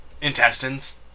intestines